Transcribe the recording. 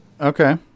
Okay